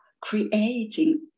creating